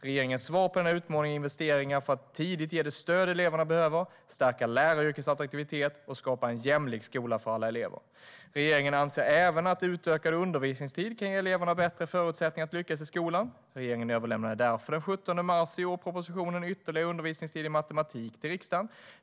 Regeringens svar på denna utmaning är investeringar för att tidigt ge det stöd eleverna behöver, stärka läraryrkets attraktivitet och skapa en jämlik skola för alla elever. Regeringen anser även att utökad undervisningstid kan ge eleverna bättre förutsättningar att lyckas i skolan. Regeringen överlämnade därför den 17 mars i år propositionen Ytterligare undervisningstid i matematik till riksdagen.